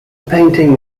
painting